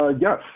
Yes